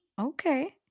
okay